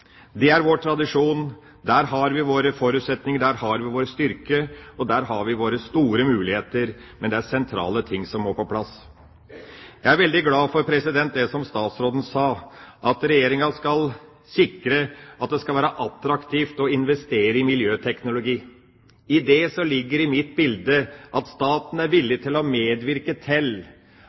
er vår tradisjon. Der har vi våre forutsetninger, der har vi vår styrke, og der har vi våre store muligheter. Men det er sentrale ting som må på plass. Jeg er veldig glad for det som statsråden sa, at Regjeringa skal sikre at det skal være attraktivt å investere i miljøteknologi. I det ligger det i mitt bilde at staten er villig til å medvirke til